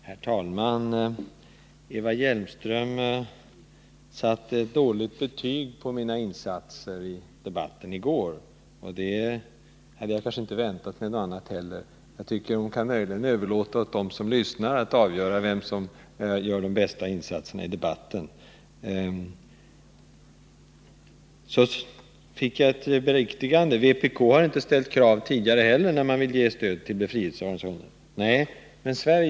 Herr talman! Eva Hjelmström satte ett lågt betyg på mina insatser i debatten i går. Jag hade inte väntat mig något annat. Jag tycker möjligen att hon kunde överlåta åt dem som lyssnar att avgöra vem som gör de bästa insatserna i debatten. Så fick jag ett beriktigande. Vpk har inte ställt krav tidigare heller när man har begärt medel för stöd till befrielseorganisationer, sade Eva Hjelmström.